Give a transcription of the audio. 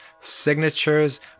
signatures